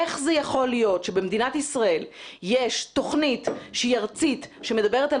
איך זה יכול להיות שבמדינת ישראל יש תוכנית ארצית שמדברת על